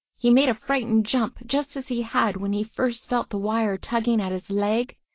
he made a frightened jump just as he had when he first felt the wire tugging at his leg.